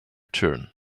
turn